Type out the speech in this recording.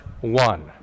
one